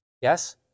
Yes